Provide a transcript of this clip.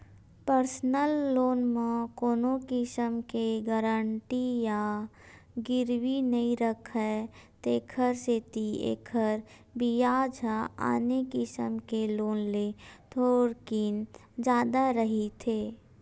personal loan म कोनो किसम के गारंटर या गिरवी नइ राखय तेखर सेती एखर बियाज ह आने किसम के लोन ले थोकिन जादा रहिथे